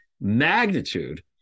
magnitude